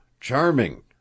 Charming